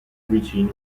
vicino